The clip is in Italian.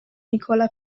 nicola